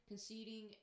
Conceding